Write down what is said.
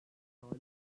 tarihi